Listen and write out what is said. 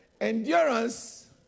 Endurance